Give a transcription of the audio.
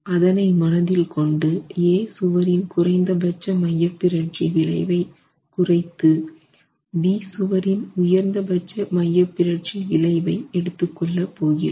அதனை மனதில் கொண்டு A சுவரின் குறைந்தபட்ச மையப்பிறழ்ச்சி விளைவை குறைத்து B சுவரின் உயர்ந்தபட்ச மையப்பிறழ்ச்சி விளைவை எடுத்துக் கொள்ள போகிறோம்